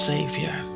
Savior